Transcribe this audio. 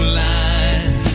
line